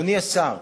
אדוני השר,